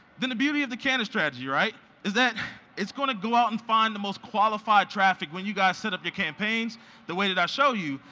the the beauty of the cannon strategy is that it's going to go out and find the most qualified traffic when you guys set up your campaigns the way that i show you,